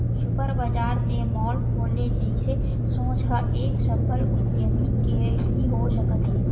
super बजार ते mall खोले जइसे सोच ह एक सफल उद्यमी के ही हो सकत हे